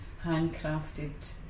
handcrafted